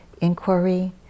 inquiry